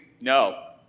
no